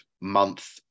month